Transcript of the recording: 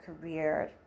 career